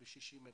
ב-60 מדינות.